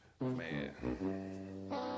Man